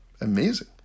amazing